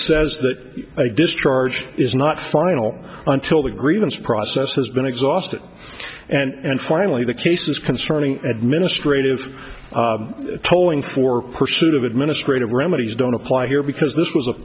says that a discharge is not final until the grievance process has been exhausted and finally the cases concerning administrative tolling for pursuit of administrative remedies don't apply here because this was a